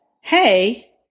hey